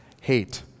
hate